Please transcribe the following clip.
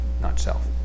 not-self